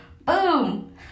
boom